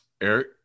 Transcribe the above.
Eric